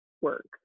work